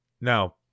Now